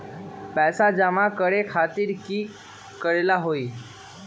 पैसा जमा करे खातीर की करेला होई?